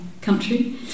country